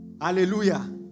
Hallelujah